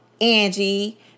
Angie